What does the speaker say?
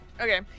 Okay